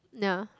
nah